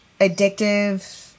addictive